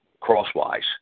crosswise